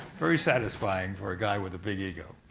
very satisfying for a guy with a big ego.